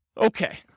Okay